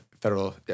federal